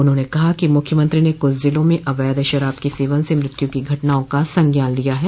उन्होंने कहा कि मुख्यमंत्री ने कुछ जिलों में अवैध शराब के सेवन से मृत्यु की घटनाआं का संज्ञान लिया है